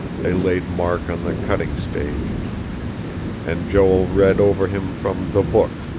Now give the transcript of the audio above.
they laid mark on the cutting stage and joel read over him from the book,